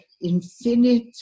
Infinite